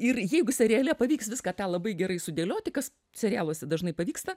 ir jeigu seriale pavyks viską tą labai gerai sudėlioti kas serialuose dažnai pavyksta